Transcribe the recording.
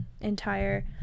entire